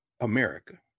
America